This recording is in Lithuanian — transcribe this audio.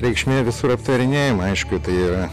reikšmė visur aptarinėjama aišku tai yra